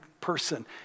person